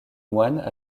moines